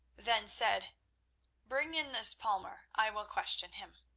then said bring in this palmer. i will question him.